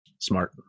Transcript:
Smart